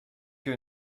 que